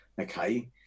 Okay